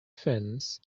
fins